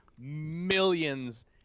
millions